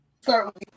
start